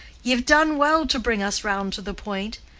ye've done well to bring us round to the point.